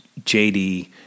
JD